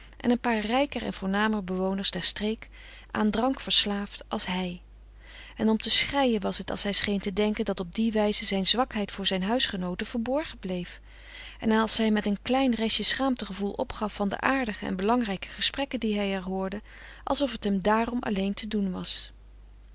en een paar rijker en voornamer bewoners der streek aan drank verslaafd als hij en om te schreien was het als hij scheen te denken dat op die wijze zijn zwakheid voor zijn huisgenooten verborgen bleef en als hij met een klein restje schaamtegevoel opgaf van de aardige en belangrijke gesprekken die hij er hoorde alsof t hem daarom alleen te doen was